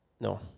No